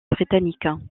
britanniques